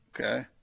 okay